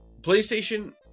Playstation